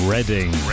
Reading